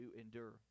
endure